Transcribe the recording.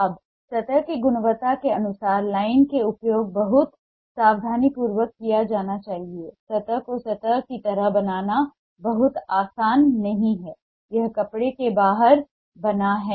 अब सतह की गुणवत्ता के अनुसार लाइन का उपयोग बहुत सावधानीपूर्वक किया जाना चाहिए सतह को सतह की तरह बनाना बहुत आसान नहीं है यह कपड़े से बाहर बना है